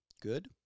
good